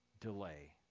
delay